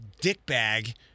dickbag